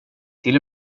till